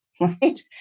right